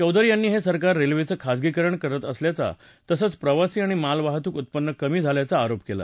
चौधरी यांनी हे सरकार रेल्वेचं खासगीकरण करत असल्याचा तसंच प्रवासी आणि मालवाहतूक उत्पन्न कमी झाल्याचा आरोप केला